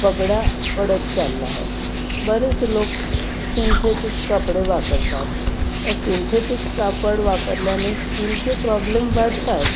पगडा पडत चालला हाय बरेच लोक सिंथेटिक कपडे वापरतात तर सिंथेटिक कापड वापरल्याने स्किनचे प्रॉब्लेम वाढतात